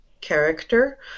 character